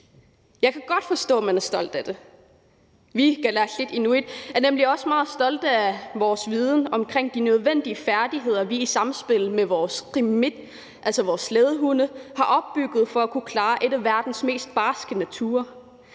Jeg kan godt forstå, at man er stolt af det. Vi kalaallit/inuit er nemlig også meget stolte af vores viden omkring de nødvendige færdigheder, vi i samspil med vores qimmit, altså vores slædehunde, har opbygget for at kunne klare en af verdens mest barske naturer